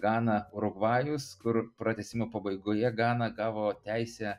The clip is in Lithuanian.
gana urugvajus kur pratęsimo pabaigoje gana gavo teisę